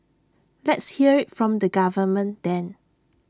let's hear IT from the government then